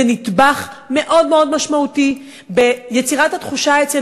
זה נדבך מאוד מאוד משמעותי ביצירת התחושה אצל